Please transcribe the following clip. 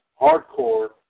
Hardcore